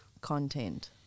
content